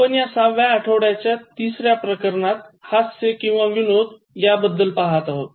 आपण या सहाव्या आठवड्याच्या तिसऱ्या प्रकरणात हास्य किंवा विनोद याबद्दल पाहात आहोत